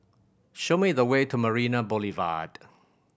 show me the way to Marina Boulevard